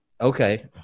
Okay